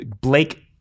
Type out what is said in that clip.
Blake